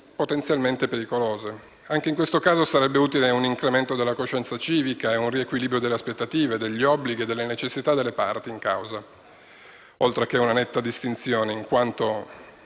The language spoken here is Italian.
potenzialmente pericolose. Anche in questo caso sarebbe utile un incremento della coscienza civica e un riequilibrio delle aspettative, degli obblighi e delle necessità delle parti in causa, oltre che una netta distinzione di quanto